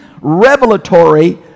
revelatory